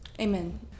Amen